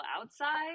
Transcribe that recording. outside